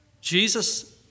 Jesus